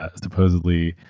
ah supposedly,